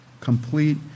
complete